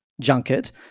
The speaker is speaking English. junket